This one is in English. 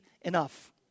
enough